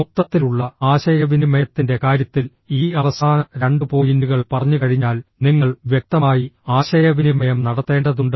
മൊത്തത്തിലുള്ള ആശയവിനിമയത്തിന്റെ കാര്യത്തിൽ ഈ അവസാന രണ്ട് പോയിന്റുകൾ പറഞ്ഞുകഴിഞ്ഞാൽ നിങ്ങൾ വ്യക്തമായി ആശയവിനിമയം നടത്തേണ്ടതുണ്ട്